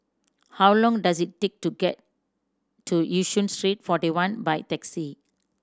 how long does it take to get to Yishun Street Forty One by taxi